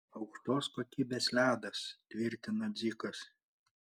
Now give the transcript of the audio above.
aukštos kokybės ledas tvirtino dzikas